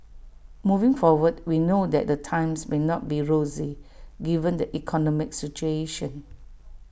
moving forward we know that the times may not be rosy given the economic situation